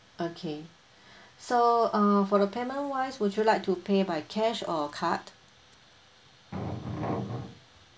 okay so uh for the payment wise would you like to pay by cash or card